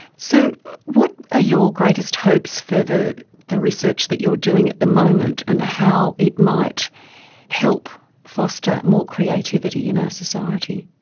so what are ah your greatest hopes for the the research that you are doing at the moment and how it might help foster more creativity in our society?